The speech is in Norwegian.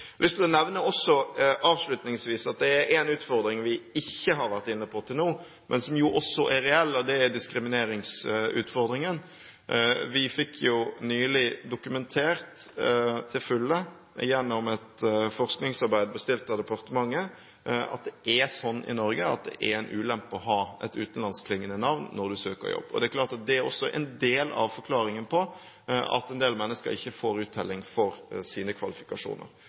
lyst til å nevne en utfordring vi ikke har vært inne på til nå, men som jo også er reell, og det er diskrimineringsutfordringen. Vi fikk nylig dokumentert til fulle gjennom et forskningsarbeid bestilt av departementet, at det i Norge er en ulempe å ha et utenlandskklingende navn når du søker jobb. Det er også en del av forklaringen på at en del mennesker ikke får uttelling for sine kvalifikasjoner.